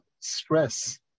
stress